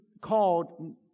called